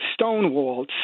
stonewalled